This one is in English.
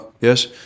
yes